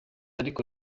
ariko